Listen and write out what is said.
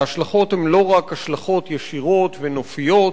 ההשלכות הן לא רק השלכות ישירות ונופיות,